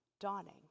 dawning